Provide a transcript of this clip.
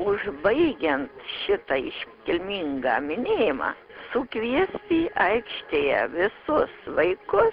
užbaigian šitą iškilmingą minėjimą sukviesti aikštėje visus vaikus